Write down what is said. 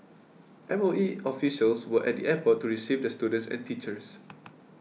M O E officials were at the airport to receive the students and teachers